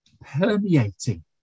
permeating